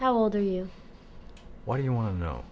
how old are you why do you want to know